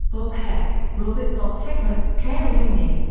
bob heck, robert bob hecker, carey henley,